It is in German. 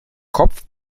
kopf